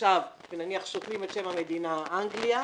כתושב ונניח שותלים את שם המדינה אנגליה,